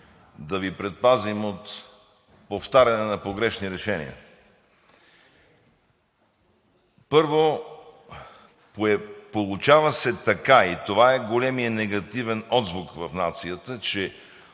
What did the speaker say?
да Ви предпазим от повтаряне на погрешни решения. Първо, получава се така, и това е големият негативен отзвук в нацията, че